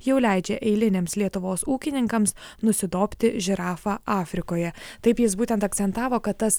jau leidžia eiliniams lietuvos ūkininkams nusidobti žirafą afrikoje taip jis būtent akcentavo kad tas